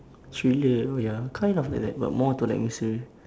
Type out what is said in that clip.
thriller oh ya kind of like that but more to like mystery